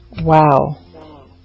Wow